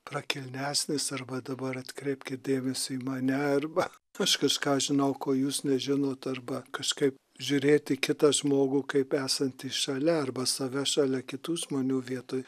prakilnesnis arba dabar atkreipkit dėmesį į mane arba aš kažką žinau ko jūs nežinot arba kažkaip žiūrėti į kitą žmogų kaip esantį šalia arba save šalia kitų žmonių vietoj